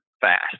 fast